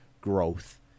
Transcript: growth